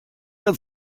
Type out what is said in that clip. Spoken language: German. mir